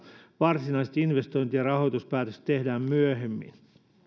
varsinaiset investointi ja rahoituspäätökset tehdään myöhemmin